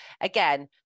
again